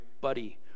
buddy